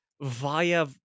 via